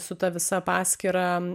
su ta visa paskyra